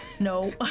No